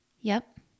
Yep